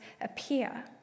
appear